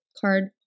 card